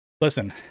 listen